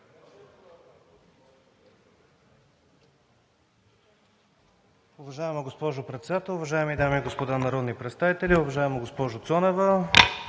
Уважаема госпожо Председател, уважаеми дами и господа народни представители! Уважаема госпожо Цонева,